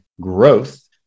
Growth